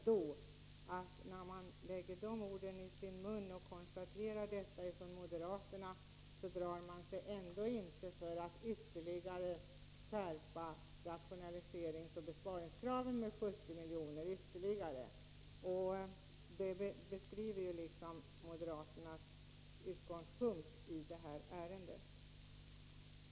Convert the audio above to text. Då är det ju desto märkligare, när man konstaterar detta från moderaterna, att man ändå inte drar sig för att ytterligare skärpa rationaliseringsoch besparingskraven med 70 milj.kr. Det beskriver moderaternas utgångspunkt i det här ärendet.